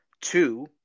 Two